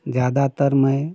ज़्यादातर मैं